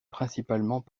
principalement